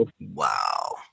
Wow